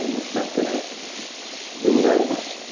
it's not going to do very much.